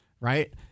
Right